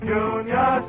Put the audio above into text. Junior